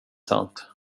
sant